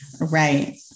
Right